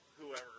whoever